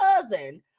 cousin